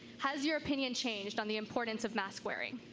has your opinion changed on the importance of mask wearing?